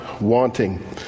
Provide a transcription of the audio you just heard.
wanting